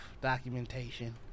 documentation